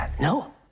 No